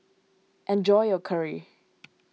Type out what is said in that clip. enjoy your Curry